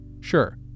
Sure